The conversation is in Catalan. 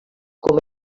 com